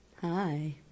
Hi